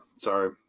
Sorry